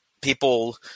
people